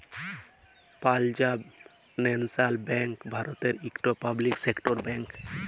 Punjab national bank ভারতের ইকট public sector bank